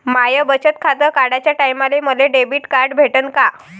माय बचत खातं काढाच्या टायमाले मले डेबिट कार्ड भेटन का?